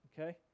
Okay